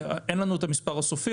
אין לנו עדיין את המספר הסופי,